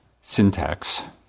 syntax